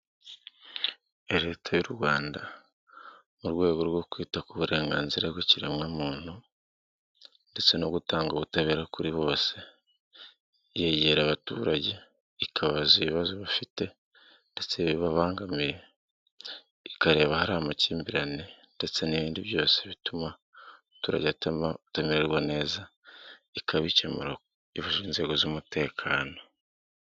Leta y'u Rwanda mu rwego rwo kwita ku burenganzira bw'ikiremwamuntu ndetse no gutanga ubutabera kuri bose, yegera abaturage ikabaza ibibazo bafite ndetse bibabangamiye, ikareba ahari amakimbirane ndetse n'ibindi byose bituma umuturage atumererwa neza ikabikemura ifatanije n'inzego z'umutekano.